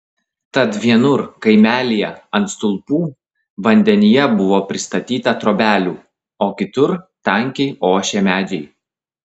tad vienur kaimelyje ant stulpų vandenyje buvo pristatyta trobelių o kitur tankiai ošė medžiai